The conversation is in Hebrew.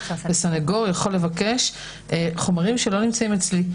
וסניגור יכול לבקש חומרים שלא נמצאים אצלי.